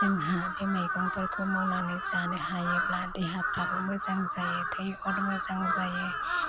जोंहा बे मैगंफोरखौ मावनानै जानो हायोब्ला देहाफ्राबो मोजां जायो थैफोर मोजां जायो